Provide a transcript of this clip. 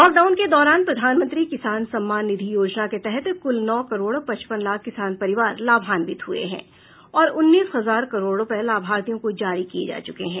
lockdown के दौरान प्रधानमंत्री किसान सम्मान निधि योजना के तहत कुल नौ करोड़ पचपन लाख किसान परिवार लाभाविंत हुए हैं और उन्नीस हजार करोड़ रुपए लाभार्थियों को जारी किए जा चुके हैं